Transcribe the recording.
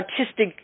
artistic